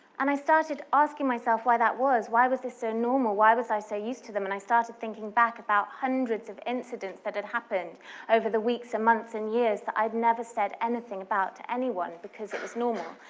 and i started asking myself why that was why was this so normal? why was i so used to them? and i started thinking back about hundreds of incidents that had happened over the weeks and months and years that i'd never said anything about to anyone, because it was normal.